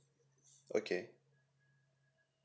okay